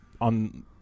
on